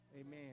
Amen